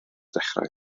dechrau